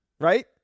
right